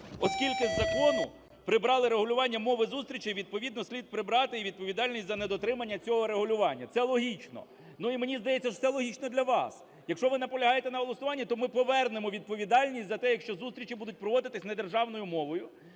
Оскільки з закону прибрали регулювання мови зустрічей, відповідно слід прибрати і відповідальність за недотримання цього регулювання. Це логічно. Ну, і мені здається, що це логічно для вас. Якщо ви наполягаєте на голосуванні, то ми повернемо відповідальність за те, якщо зустрічі будуть проводитися недержавною мовою,